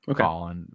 Okay